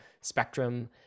spectrum